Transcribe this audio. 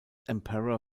emperor